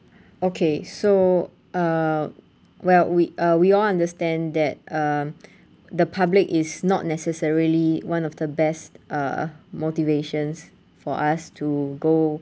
okay so uh well we uh we all understand that um the public is not necessarily one of the best uh motivations for us to go